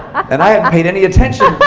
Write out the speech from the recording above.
and i hadn't paid any attention.